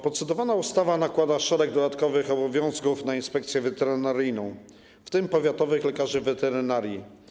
Procedowana ustawa nakłada szereg dodatkowych obowiązków na Inspekcję Weterynaryjną, w tym na powiatowych lekarzy weterynarii.